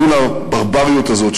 מול הברבריות הזאת,